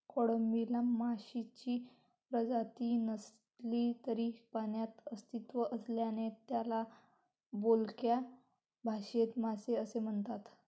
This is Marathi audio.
कोळंबीला माशांची प्रजाती नसली तरी पाण्यात अस्तित्व असल्याने त्याला बोलक्या भाषेत मासे असे म्हणतात